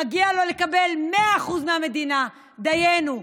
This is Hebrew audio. מגיע לו לקבל 100% מהמדינה, דיינו.